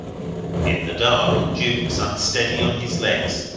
in the dark, jukes, unsteady on his legs,